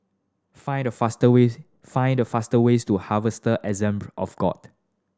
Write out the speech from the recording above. find the fast ways find the fast ways to Harvester Assembly of God